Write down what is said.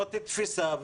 זאת תפיסה,